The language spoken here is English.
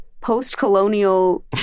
post-colonial